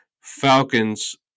Falcons